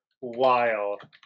wild